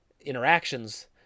interactions